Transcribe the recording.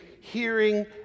hearing